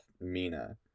mina